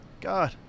God